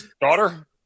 Daughter